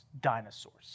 dinosaurs